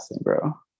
bro